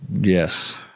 yes